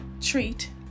treat